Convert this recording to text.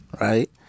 right